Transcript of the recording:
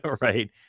right